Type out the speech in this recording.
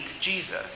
Jesus